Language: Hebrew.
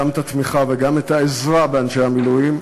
גם את התמיכה וגם את העזרה לאנשי המילואים,